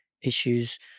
issues